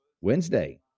Wednesday